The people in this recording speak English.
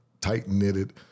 tight-knitted